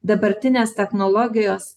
dabartinės technologijos